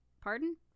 Pardon